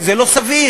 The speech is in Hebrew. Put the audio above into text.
זה לא סביר.